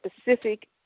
specific